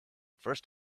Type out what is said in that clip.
first